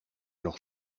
nog